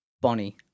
Bonnie